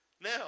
Now